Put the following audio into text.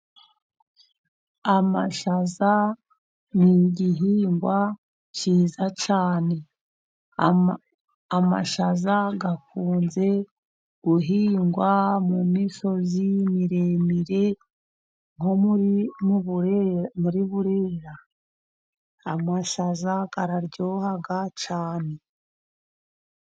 Amashaza ni igihingwa cyiza cyane. Amashaza akunze guhingwa mu misozi miremire nko muri Burera. Amashaza araryoha cyane.